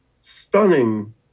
stunning